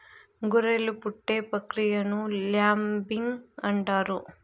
గొర్రెలు పుట్టే ప్రక్రియను ల్యాంబింగ్ అంటారు